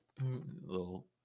little